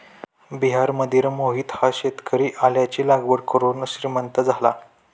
बिहारमधील मोहित हा शेतकरी आल्याची लागवड करून श्रीमंत झाला